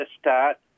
start